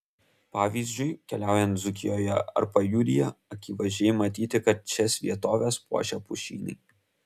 pavyzdžiui keliaujant dzūkijoje ar pajūryje akivaizdžiai matyti kad šias vietoves puošia pušynai